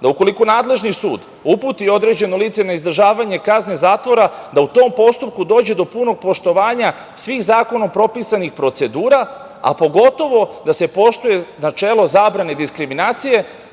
da ukoliko nadležni sud uputi određeno lice na izdržavanje kazne zatvora, da u tom postupku dođe do punog poštovanja svih zakonom propisanih procedura, a pogotovo da se poštuje načelo zabrane diskriminacije,